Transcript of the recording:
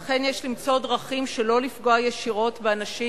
ואכן יש למצוא דרכים שלא לפגוע ישירות באנשים